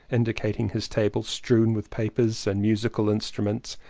indicating his table strewn with papers and musical instruments,